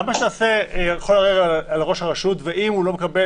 למה שלא נעשה: לראש הרשות, ואם הוא לא מקבל